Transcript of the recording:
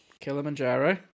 Kilimanjaro